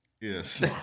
Yes